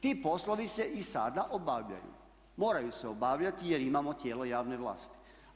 Ti poslovi se i sada obavljaju, moraju se obavljati jer imamo tijelo javne vlasti.